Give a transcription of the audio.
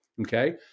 okay